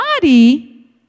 body